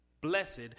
blessed